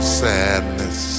sadness